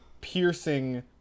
piercing